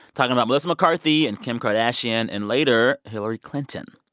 talking about melissa mccarthy and kim kardashian and later hillary clinton.